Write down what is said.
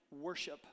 worship